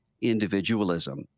individualism